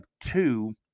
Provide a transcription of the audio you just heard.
two